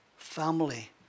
Family